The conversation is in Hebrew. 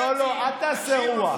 אל תעשה רוח.